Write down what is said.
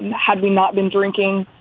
and had we not been drinking